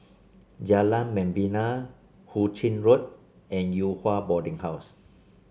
Jalan Membina Hu Ching Road and Yew Hua Boarding House